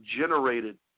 generated